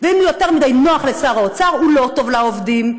ואם יותר מדי נוח לשר האוצר, הוא לא טוב לעובדים.